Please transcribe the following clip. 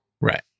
Right